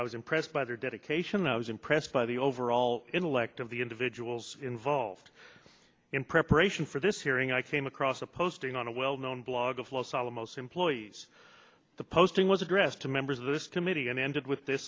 i was impressed by their dedication i was impressed by the overall intellect of the individuals involved in preparation for this hearing i came across a posting on a well known blog of los alamos employees the posting was addressed to members of this timidity and ended with th